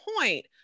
point